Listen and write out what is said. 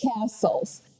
castles